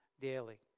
daily